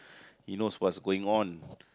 he knows what's going on